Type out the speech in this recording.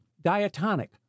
diatonic